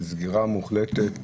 של סגירה מוחלטת,